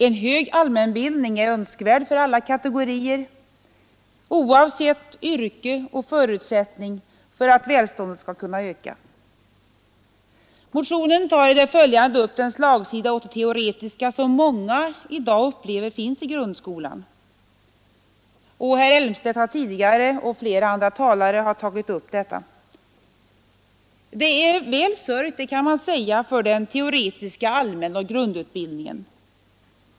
En hög allmänbildning är önskvärd för alla kategorier i samhället oavsett yrke och en förutsättning för att välståndet skall kunna öka.” Motionen tar i det följande upp den slagsida åt det teoretiska som många i dag upplever finns i grundskolan. Herr Elmstedt och flera andra talare har tidigare tagit upp detta. Det är väl sörjt, kan man säga, för den teoretiska allmänoch grundutbildningen.